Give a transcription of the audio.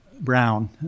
Brown